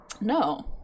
No